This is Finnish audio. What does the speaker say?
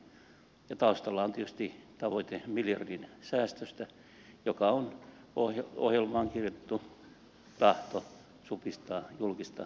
taustalla on tietysti tavoite miljardin säästöstä joka on ohjelmaan kirjattu tahto supistaa julkista sektoria